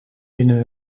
binnen